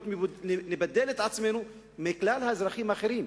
לבדל את עצמנו מכלל האזרחים האחרים,